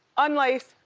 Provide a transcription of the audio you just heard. unlace,